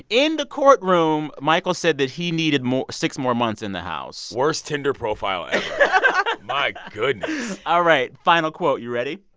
in the courtroom, michael said that he needed six more months in the house worst tinder profile ever my goodness all right, final quote you ready?